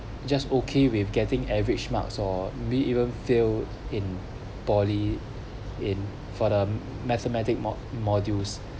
just okay with getting average marks or be even fail in poly in for the mathematic mod modules